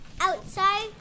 Outside